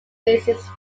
faces